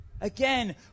Again